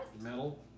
Metal